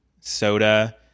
soda